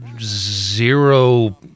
zero